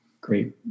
great